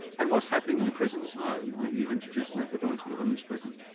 and what's happening in the prisons now that you've introduced methadone to the women's prison?